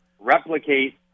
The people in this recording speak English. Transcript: replicate